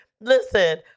listen